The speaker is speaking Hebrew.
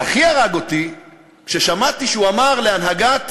אבל הכי הרג אותי כששמעתי שהוא אמר להנהגת